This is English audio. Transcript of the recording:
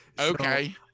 okay